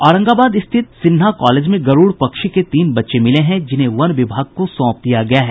औरंगाबाद स्थित सिन्हा कॉलेज में गरूड़ पक्षी के तीन बच्चे मिले हैं जिन्हें वन विभाग को सौंप दिया गया है